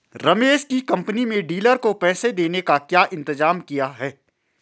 रमेश की कंपनी में डीलर को पैसा देने का क्या इंतजाम किया है?